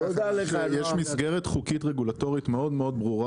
יש מסגרת חוקית ורגולטורית מאוד ברורה